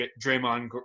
Draymond